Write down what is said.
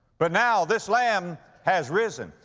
but now this lamb has risen.